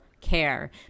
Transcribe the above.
care